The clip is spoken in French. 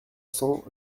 cents